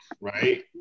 right